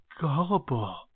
gullible